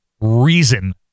reason